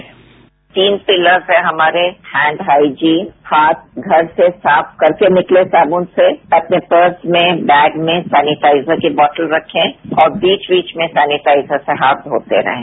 bite तीन pillars हैं हमारे हैंड हाइजिंग हाथ घर से साफ करके निकलें साबून से अपने पर्स में बैग में सेनेटाइजर की बोतल रखें और बीच बीच में सेनेटाइजर से हाथ धोते रहें